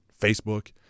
Facebook